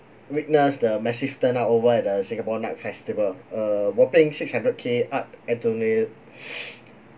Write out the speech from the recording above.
witness the massive turnout over at the singapore night festival a whopping six hundred K art